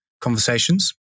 conversations